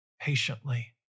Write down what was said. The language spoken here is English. patiently